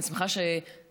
אני שמחה שדיברתי,